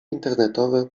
internetowe